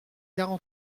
quarante